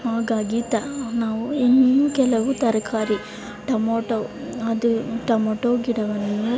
ಹಾಗಾಗಿ ತ ನಾವು ಇನ್ನೂ ಕೆಲವು ತರಕಾರಿ ಟೊಮಾಟೊ ಅದು ಟೊಮಟೊ ಗಿಡವನ್ನು